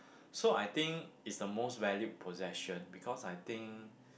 so I think is the most valued possession because I think